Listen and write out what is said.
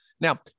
Now